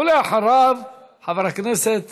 ואחריו, חבר הכנסת